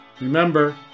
Remember